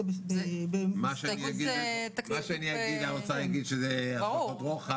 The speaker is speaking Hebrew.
מה שאני אגיד האוצר יגיד שזה השלכות רוחב.